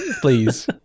please